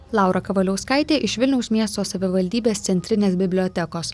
laura kavaliauskaitė iš vilniaus miesto savivaldybės centrinės bibliotekos